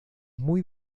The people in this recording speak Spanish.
muy